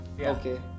Okay